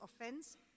Offense